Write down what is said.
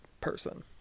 person